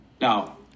Now